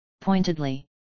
Pointedly